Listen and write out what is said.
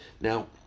Now